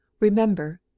Remember